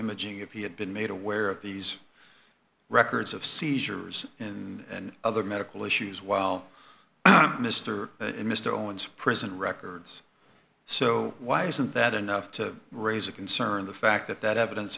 imaging if he had been made aware of these records of seizures and other medical issues while mr and mr owens prison records so why isn't that enough to raise a concern the fact that that evidence